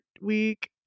week